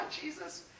Jesus